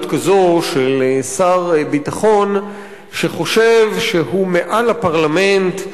כזאת של שר ביטחון שחושב שהוא מעל לפרלמנט,